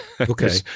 Okay